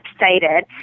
excited